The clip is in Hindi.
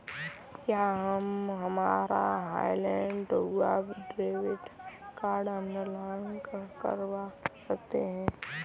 क्या हम हमारा हॉटलिस्ट हुआ डेबिट कार्ड अनब्लॉक करवा सकते हैं?